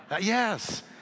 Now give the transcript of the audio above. yes